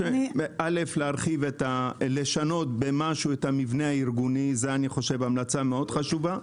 צריך לשנות במשהו את המבנה הארגוני זאת המלצה מאוד חשובה,